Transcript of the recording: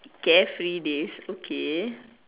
carefree days okay